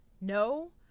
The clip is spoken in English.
no